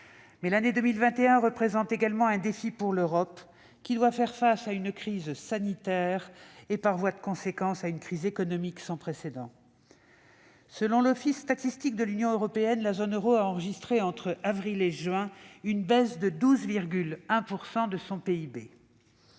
Mais l'année 2021 représente également un défi pour l'Europe, qui doit faire face à une crise sanitaire et, par voie de conséquence, à une crise économique sans précédent. Selon l'office statistique de l'Union européenne, la zone euro a enregistré entre avril et juin une baisse de 12,1 % de son PIB.